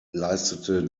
leistete